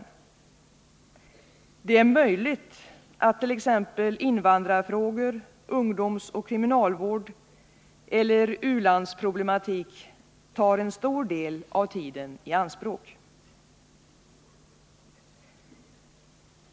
Det är möjligt att t.ex. invandrarfrågor, ungdomsoch kriminalvård eller u-landsproblematik tar en stor del av tiden i anspråk.